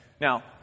Now